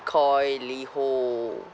koi liho